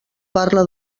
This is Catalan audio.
parla